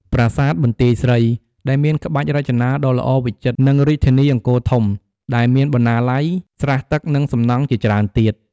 ប្រាសាទបន្ទាយស្រីដែលមានក្បាច់រចនាដ៏ល្អវិចិត្រ និងរាជធានីអង្គរធំដែលមានបណ្ណាល័យ ស្រះទឹក និងសំណង់ជាច្រើនទៀត។